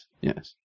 yes